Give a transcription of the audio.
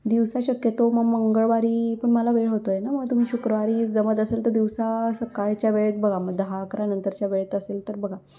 दिवसा शक्यतो मग मंगळवारी पण मला वेळ होतो आहे ना मग तुम्ही शुक्रवारी जमत असेल तर दिवसा सकाळच्या वेळेत बघा मग दहा अकरा नंतरच्या वेळेत असेल तर बघा